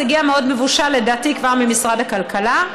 זה הגיע מאוד מבושל לדעתי כבר ממשרד הכלכלה.